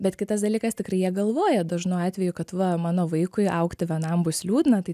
bet kitas dalykas tikrai jie galvoja dažnu atveju kad va mano vaikui augti vienam bus liūdna tai